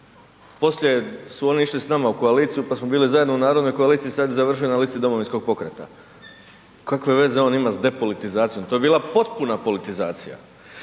Poslije su oni išli s nama u koaliciju, pa smo bili zajedno u narodnoj koaliciji, sad je završio na listi Domovinskog pokreta. Kakve veze ima on s depolitizacijom? To je bila potpuna politizacija.